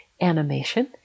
animation